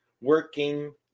Working